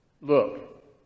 Look